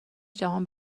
جهان